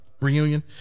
reunion